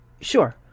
Sure